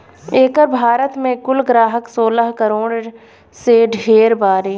एकर भारत मे कुल ग्राहक सोलह करोड़ से ढेर बारे